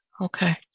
Okay